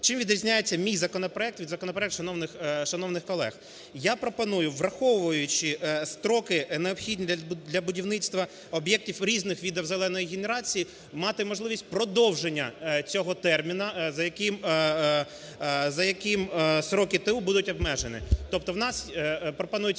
Чим відрізняється мій законопроект від законопроекту шановних колег. Я пропоную, враховуючи строки, необхідні для будівництва об'єктів різних видів "зеленої" генерації, мати можливість продовження цього терміну, за яким строки ТУ будуть обмежені. Тобто у нас пропонується